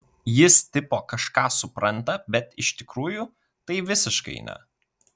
jis tipo kažką supranta bet iš tikrųjų tai visiškai ne